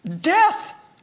death